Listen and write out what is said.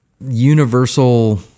universal